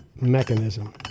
mechanism